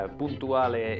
puntuale